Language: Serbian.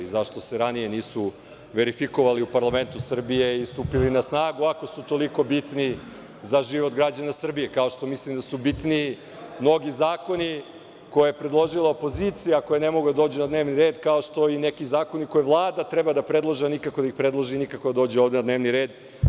Zašto se nisu ranije verifikovali u parlamentu Srbije i stupili na snagu, ako su toliko bitni za život građana Srbije, kao što mislim da su bitni mnogi zakoni koje je predložila opozicija, koji ne mogu da dođu na dnevni red, kao što neki zakoni koje Vlada treba da predloži, a nikako da ih predloži i nikako da dođu na dnevni red.